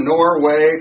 Norway